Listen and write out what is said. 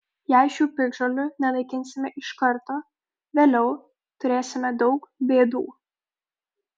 jei šių piktžolių nenaikinsime iš karto vėliau turėsime daug bėdų